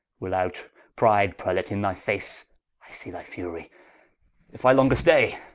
will out, proud prelate, in thy face i see thy furie if i longer stay,